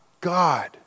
God